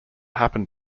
happened